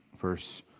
verse